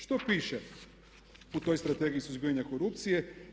Što piše u toj Strategiji suzbijanja korupcije?